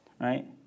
right